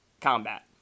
combat